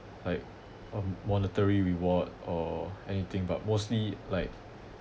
like um monetary reward or anything but mostly like